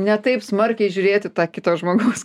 ne taip smarkiai žiūrėt į tą kito žmogaus